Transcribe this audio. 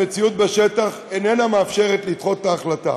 המציאות בשטח איננה מאפשרת לדחות את ההחלטה.